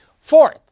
Fourth